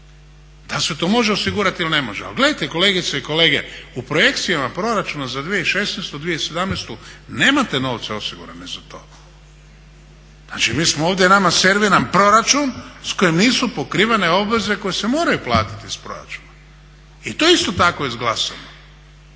dal se to može osigurati ili ne može. Ali gledajte kolegice i kolege u projekcijama proračuna za 2016.-2017. nemate novce osigurane za to. Znači ovdje je nama serviran proračun s kojim nisu pokrivene obaveze koje se moraju platiti iz proračuna i to je isto tako izglasano.